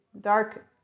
dark